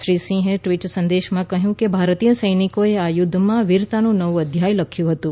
શ્રી સિંહે ટ્વીટ સંદેશમાં કહ્યું કે ભારતીય સૈનિકોએ આ યુદ્ધમાં વીરતાનું નવું અધ્યાય લખ્યું હતું